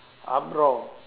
uproar